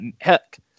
heck